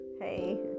hey